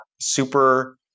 super